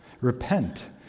Repent